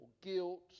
guilt